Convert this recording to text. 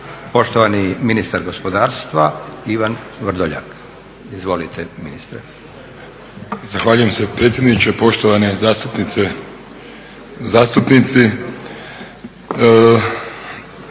Poštovani ministar gospodarstva Ivan Vrdoljak. Izvolite ministre. **Vrdoljak, Ivan (HNS)** Zahvaljujem se predsjedniče, poštovana zastupnice, zastupnici.